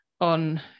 on